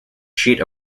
sheet